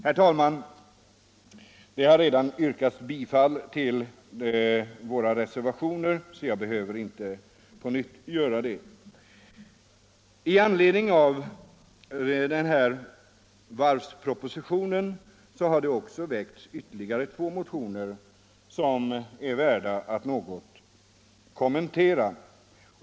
Då det redan har yrkats bifall till våra reservationer, behöver jag inte på nytt göra detta. I anledning av varvspropositionen har det väckts ytterligare två motioner som är värda att något kommentera.